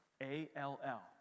A-L-L